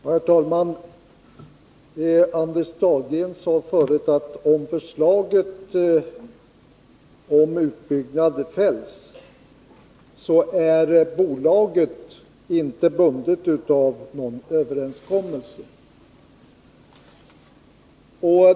Herr talman! Anders Dahlgren sade förut att om förslaget om utbyggnad fälls så är bolaget inte bundet av någon överenskommelse.